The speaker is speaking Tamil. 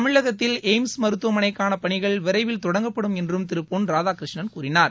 தமிழகத்தில் எய்ம்ஸ் மருத்துவமனைக்கான பணிகள் விரைவில் தொடங்கப்படும் என்றும் திரு பொன் ராதாகிருஷ்ணன் கூறினார்